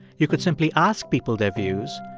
you could simply ask people their views,